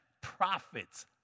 profits